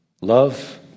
Love